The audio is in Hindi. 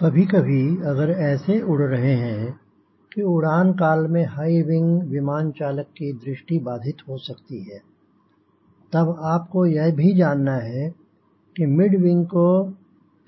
कभी कभी अगर ऐसे उड़ रहे हैं क उड़ान काल में हाईविंग विमान चालक की दृष्टि बाधित हो सकती है तब आपको यह भी जानना है कि मिड विंग को